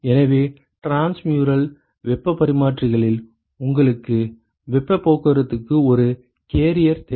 எனவே டிரான்ஸ்முரல் வெப்பப் பரிமாற்றிகளில் உங்களுக்கு வெப்பப் போக்குவரத்துக்கு ஒரு கேரியர் தேவை